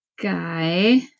Guy